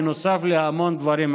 נוסף להמון דברים אחרים.